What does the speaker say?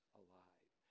alive